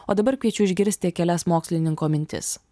o dabar kviečiu išgirsti kelias mokslininko mintis